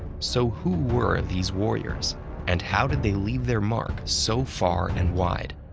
so who were these warriors and how did they leave their mark so far and wide?